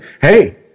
hey